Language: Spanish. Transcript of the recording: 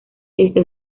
esta